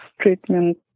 treatment